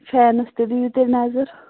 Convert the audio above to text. فینَس کر دِیِو تُہۍ نَظَر